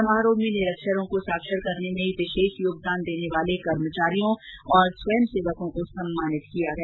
समारोह में निरक्षरों को साक्षर करने में विशेष योगदान देने वाले कर्मचारियों और स्वयंसेवकों को सम्मानित किया गया